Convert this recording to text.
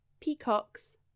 peacocks